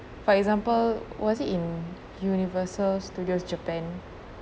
for example was it in Universal studios japan